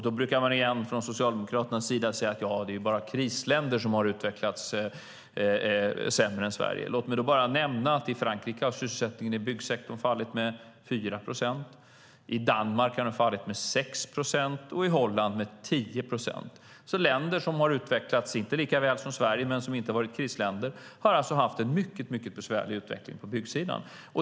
Då brukar Socialdemokraterna återigen säga att det bara är krisländer som har utvecklats sämre än Sverige. Låt mig nämna att i Frankrike har sysselsättningen i byggsektorn fallit med 4 procent, i Danmark har den fallit med 6 procent och i Holland med 10 procent. Länder som visserligen inte har utvecklats lika väl som Sverige men som inte har varit krisländer har alltså haft en mycket besvärlig utveckling på byggsidan.